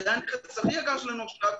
שהוא הנכס הכי יקר שלנו עכשיו,